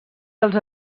dels